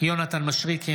יונתן מישרקי,